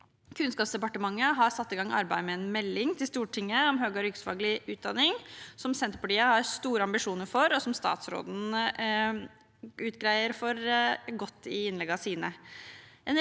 Kunnskapsdepartementet har satt i gang arbeidet med en melding til Stortinget om høyere yrkesfaglig utdanning, som Senterpartiet har store ambisjoner for, og som statsråden greier godt ut om i sine